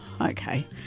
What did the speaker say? Okay